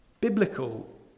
biblical